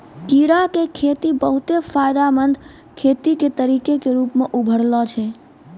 कीड़ा के खेती बहुते फायदामंद खेती के तरिका के रुपो मे उभरलो छै